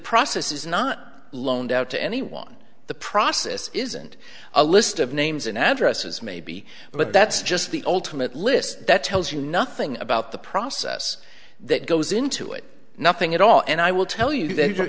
process is not loaned out to anyone the process isn't a list of names and addresses maybe but that's just the ultimate list that tells you nothing about the process that goes into it nothing at all and i will tell you th